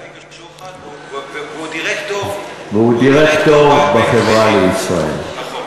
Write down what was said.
בייגה שוחט, והוא דירקטור ב"חברה לישראל".